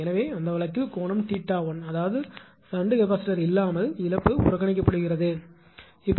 எனவே அந்த வழக்கில் கோணம் 𝜃1 அதாவது ஷன்ட் கெபாசிட்டார் இல்லாமல் இழப்பு புறக்கணிக்கப்படுகிறது இழப்பு இல்லை